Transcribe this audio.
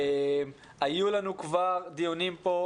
היו לנו כבר דיונים פה,